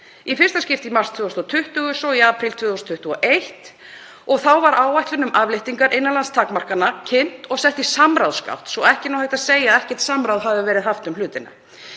Í fyrsta skipti í mars 2020 og svo í apríl 2021. Þá var áætlun um afléttingu innanlandstakmarkana kynnt og sett í samráðsgátt svo að ekki er hægt að segja að ekkert samráð hafi verið haft um hlutina.